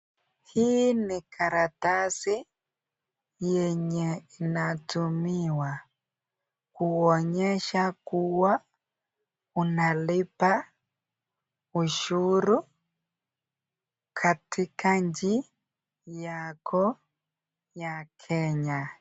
Hii ni karatasi yenye inatumiwa kuonyesha kuwa unalipa ushuru katika nchi yako ya Kenya.